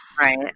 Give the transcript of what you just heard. right